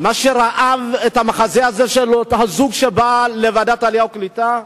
וראה את הזוג שבא לוועדת העלייה והקליטה,